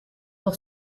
pour